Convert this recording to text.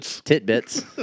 Tidbits